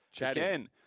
again